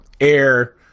air